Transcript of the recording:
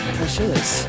Precious